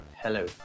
Hello